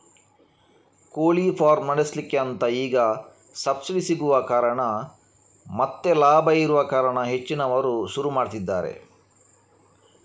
ಕೋಳಿ ಫಾರ್ಮ್ ನಡೆಸ್ಲಿಕ್ಕೆ ಅಂತ ಈಗ ಸಬ್ಸಿಡಿ ಸಿಗುವ ಕಾರಣ ಮತ್ತೆ ಲಾಭ ಇರುವ ಕಾರಣ ಹೆಚ್ಚಿನವರು ಶುರು ಮಾಡಿದ್ದಾರೆ